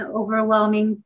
overwhelming